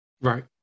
Right